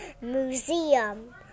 museum